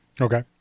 Okay